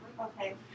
Okay